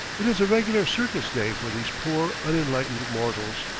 it is a regular circus-day for these poor, unenlightened mortals.